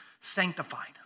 sanctified